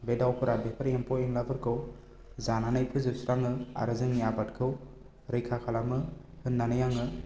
बे दावफोरा बेफोर एम्फौ एनलाफोरखौ जानानै फोजोबस्राङो आरो जोंनि आबादखौ रैखा खालामो होननानै आङो